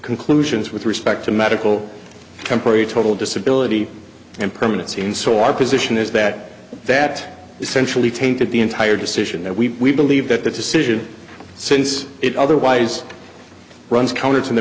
conclusions with respect to medical temporary total disability and permanent scene so our position is that that essentially tainted the entire decision and we believe that that decision since it otherwise runs counter to the